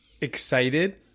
excited